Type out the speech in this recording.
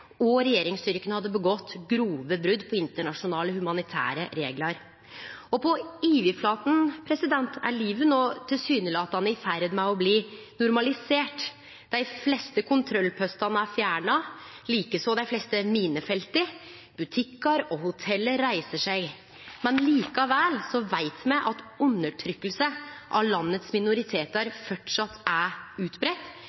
og regjeringsstyrkane hadde gjort grove brot på internasjonale, humanitære reglar. På overflata er livet no tilsynelatande i ferd med å bli normalisert. Dei fleste kontrollpostane er fjerna, likeins dei fleste minefelta. Butikkar og hotell reiser seg, men likevel veit me at undertrykking av